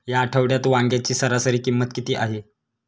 या आठवड्यात वांग्याची सरासरी किंमत किती आहे?